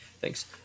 thanks